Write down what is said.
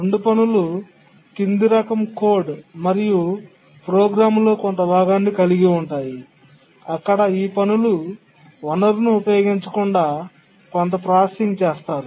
రెండు పనులు కింది రకం కోడ్ మరియు ప్రోగ్రామ్లో కొంత భాగాన్ని కలిగి ఉంటాయి అక్కడ ఈ పనులు వనరును ఉపయోగించకుండా కొంత ప్రాసెసింగ్ చేస్తారు